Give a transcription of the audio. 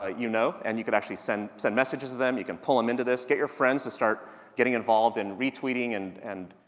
ah you know, and you could actually send, send messages to them, you can pull them into this. get your friends to start getting involved in retweeting and, and,